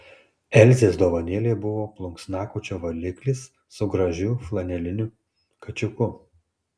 elzės dovanėlė buvo plunksnakočio valiklis su gražiu flaneliniu kačiuku